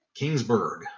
kingsburg